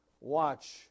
Watch